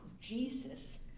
Jesus